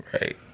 Right